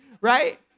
right